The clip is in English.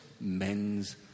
men's